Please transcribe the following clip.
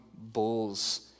bulls